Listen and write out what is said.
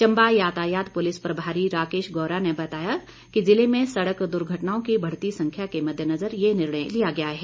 चम्बा यातायात पुलिस प्रभारी राकेश गौरा ने बताया कि ज़िले में सड़क दुर्घटनाओं की बढ़ती संख्या के मद्देनज़र ये निर्णय लिया गया है